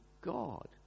God